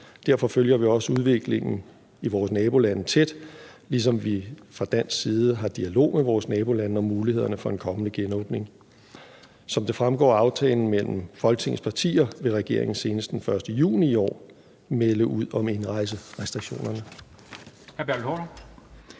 Derfor følger vi også udviklingen i vores nabolande tæt, ligesom vi fra dansk side har en dialog med vores nabolande om mulighederne for en kommende genåbning. Som det fremgår af aftalen mellem Folketingets partier, vil regeringen senest den 1. juni i år melde ud om indrejserestriktionerne.